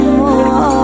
more